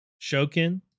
Shokin